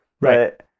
Right